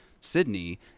Sydney